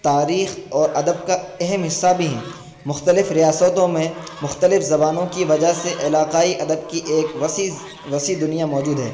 تاریخ اور ادب کا اہم حصہ بھی ہیں مختلف ریاستوں میں مختلف زبانوں کی وجہ سے علاقائی ادب کی ایک وسیع وسیع دنیا موجود ہے